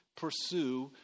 pursue